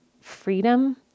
freedom